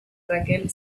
raquel